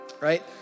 right